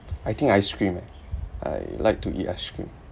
I think ice cream eh I like to eat ice cream